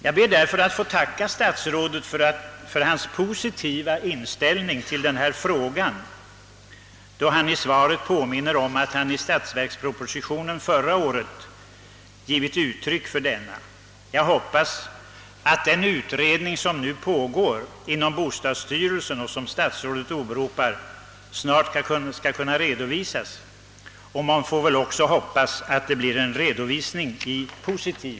Jag ber därför att få tacka statsrådet för den positiva inställning i denna fråga som han: ådagalägger, då han i svaret påminner om sitt uttalande i förra årets statsverksproposition »att en sådan kreditgivning borde kunna medverka till att öka upprustningen inom beståndet av flerfamiljshus och därmed dämpa behovet av ersättningsproduktion». Jag hoppas att resultatet av den utredning som nu pågår inom bostadsstyrelsen och som statsrådet åberopar snart skall kunna redovisas och att inställningen därvid visar sig positiv.